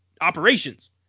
operations